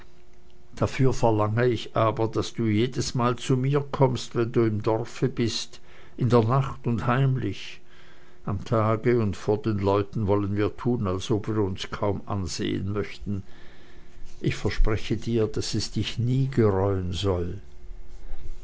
dafür verlange ich aber daß du jedesmal zu mir kommst wenn du im dorfe bist in der nacht und heimlich am tage und vor den leuten wollen wir tun als ob wir uns kaum ansehen möchten ich verspreche dir daß es dich nie gereuen soll